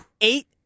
Eight